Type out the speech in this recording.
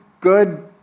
good